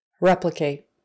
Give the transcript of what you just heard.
Replicate